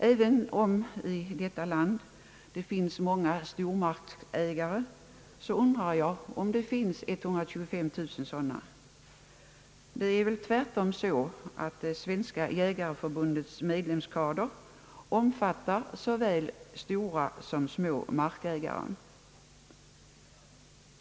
Även om i detta land finns många stora markägare undrar jag om det finns 125 000 sådana. Tvärtom om fattar väl Svenska jägareförbundets medlemskader såväl stora som små markägare.